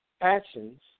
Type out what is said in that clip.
actions